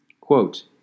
Quote